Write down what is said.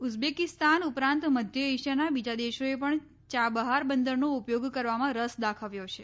Uzbekistan ઉપરાંત મધ્ય એશિયાના બીજા દેશોએ પણ ચા બહાર બંદરનો ઉપયોગ કરવામાં રસ દાખવ્યો છે